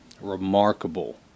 remarkable